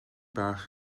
bach